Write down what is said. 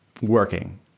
working